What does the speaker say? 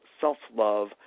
self-love